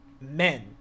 men